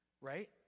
right